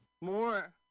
more